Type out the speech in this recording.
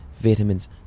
vitamins